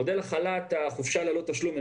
מודל החופשה ללא תשלום.